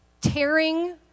tearing